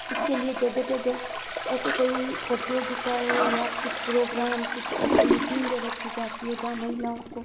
इसके लिए जगह जगह ऐसे कई प्रतियोगितायें या कुछ प्रोग्राम कुछ ऐसी मीटिंग रखी जाती है जहाँ महिलाओं को